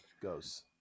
goes